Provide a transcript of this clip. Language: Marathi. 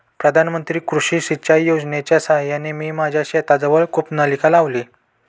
प्रधानमंत्री कृषी सिंचाई योजनेच्या साहाय्याने मी माझ्या शेताजवळ कूपनलिका लावली